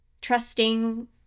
trusting